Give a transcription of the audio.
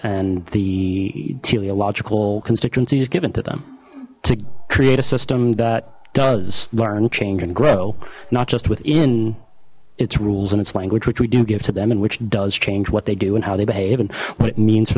and the teleological constituency is given to them to create a system that does learn change and grow not just within its rules in its language which we do give to them and which does change what they do and how they behave and what it means for